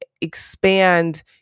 Expand